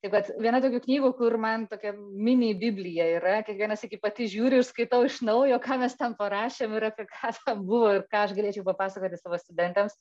taip kad viena tokių knygų kur man tokia mini biblija yra kiekvieną sykį pati žiūriu ir skaitau iš naujo ką mes ten parašėm ir apie ką ten buvo ir ką aš galėčiau papasakoti savo studentams